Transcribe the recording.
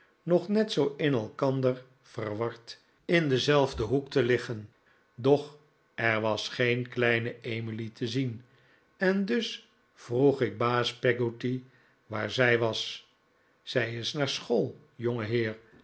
nog net zoo in elkander verward in denzelfden hoek te liggen doch er was geen kleine emily te zien en dus vroeg ik baas peggotty waar zij was zij is naar school